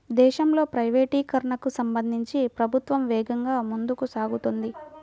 దేశంలో ప్రైవేటీకరణకు సంబంధించి ప్రభుత్వం వేగంగా ముందుకు సాగుతోంది